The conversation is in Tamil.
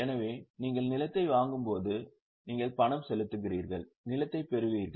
எனவே நீங்கள் நிலத்தை வாங்கும்போது நீங்கள் பணம் செலுத்துகிறீர்கள் நிலத்தைப் பெறுவீர்கள்